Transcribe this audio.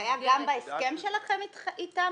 היה גם בהסכם שלכם אתם?